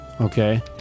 okay